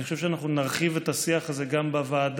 אני חושב שנרחיב את השיח הזה גם בוועדה